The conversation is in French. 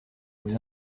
vous